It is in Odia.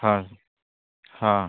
ହଁ ହଁ